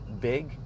big